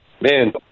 man